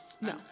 no